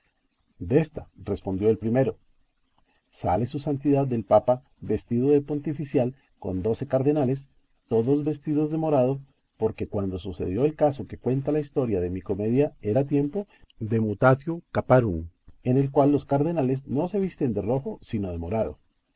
segundo désta respondió el primero sale su santidad del papa vestido de pontifical con doce cardenales todos vestidos de morado porque cuando sucedió el caso que cuenta la historia de mi comedia era tiempo de mutatio caparum en el cual los cardenales no se visten de rojo sino